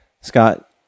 Scott